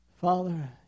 Father